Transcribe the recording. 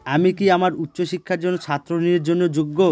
আমি কি আমার উচ্চ শিক্ষার জন্য ছাত্র ঋণের জন্য যোগ্য?